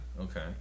Okay